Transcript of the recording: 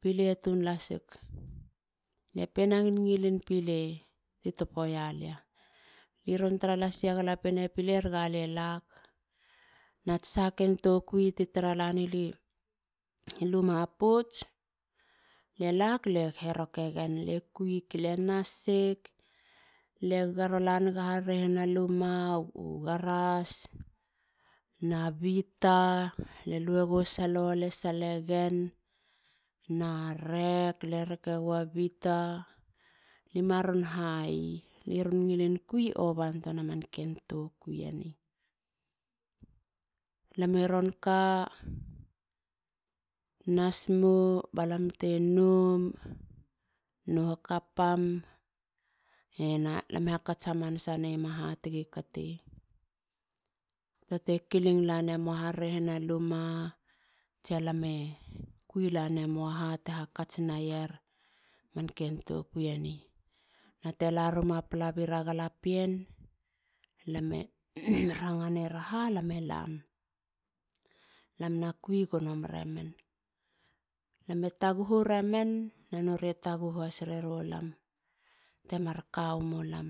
Pile tun lasik. lia piena ngilngilin pile ti topo ya lia. li ron tara lasi a galapiene piler ga le lag. na ts sahaken tokui ta tara lani li luma pouts. lie lak. lie heroke gen. lie kuig. lie nasig. lie garo lanega harerehina luma. a. u garas na bita. lie luego salo. lie sale gen na rek. lie reke gowa bita. limaron hayi. li ron ngilin kui ovan tuana ken tokui eni. lam i ron ka. nas mou ba te noum. no hakapam. henaa. lam e hakats hamanasa neyemaa hatigi kati. ta te kiling lane mou a hharerehina luma tsia lam e kuilanemo a ha te hakats nayer man ken tokui eni. Na te larima palabira galapien e ranga neiera ha. lam e lam. Lam na kui gono meremen. lam e taguhu remen na nori e taguhu has rerou lam temar ka wumu lam.